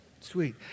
Sweet